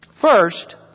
First